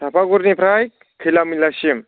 साफागुरनिफ्राय खैलामैलासिम